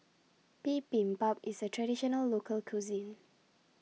Bibimbap IS A Traditional Local Cuisine